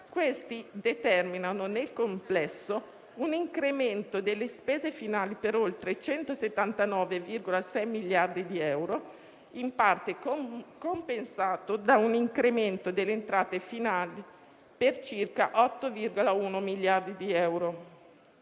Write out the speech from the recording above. Questi determinano nel complesso un incremento delle spese finali per oltre 179,6 miliardi di euro, in parte compensato da un incremento delle entrate finali per circa 8,1 miliardi di euro.